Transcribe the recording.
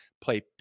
play